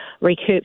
recoup